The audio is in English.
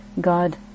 God